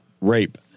rape